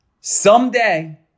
someday